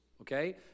okay